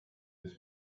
his